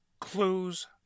Clues